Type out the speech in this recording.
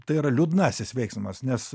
tai yra liūdnasis veiksmas nes